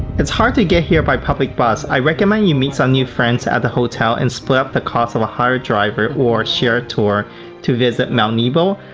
it's hard to get here by public bus, i recommend you meet some new friends at the hotel to and split up the cost of hired driver or shared tour to visit mount nebo,